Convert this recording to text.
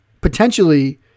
potentially